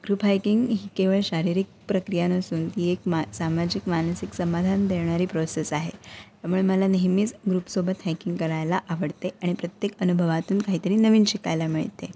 group hiking ही केवळ शारीरिक प्रक्रिया नसून ही एक मा सामाजिक मानसिक समाधान देणारी प्रोसेस आहे त्यामुळे मला नेहमीच ग्रुपसोबत हायकिंग करायला आवडते आणि प्रत्येक अनुभवातून काहीतरी नवीन शिकायला मिळते